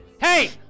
Hey